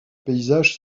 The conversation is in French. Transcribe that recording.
paysage